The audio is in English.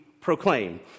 proclaim